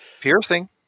piercing